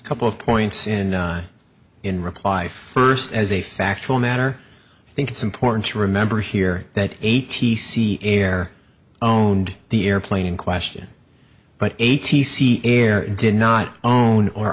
a couple of points in time in reply first as a factual matter i think it's important to remember here that a t c air own and the airplane in question but a t c air did not own or